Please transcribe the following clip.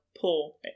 pull